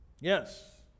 Yes